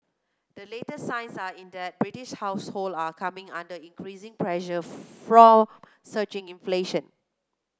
the latest signs are in that British household are coming under increasing pressure from surging inflation